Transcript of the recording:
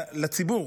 לציבור.